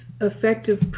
effective